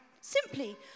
simply